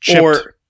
or-